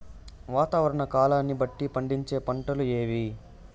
వాతావరణ కాలాన్ని బట్టి పండించే పంటలు ఏవి?